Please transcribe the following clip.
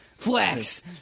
Flex